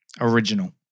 original